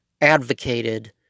advocated